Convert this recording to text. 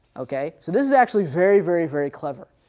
ok so this is actually very, very, very, clever.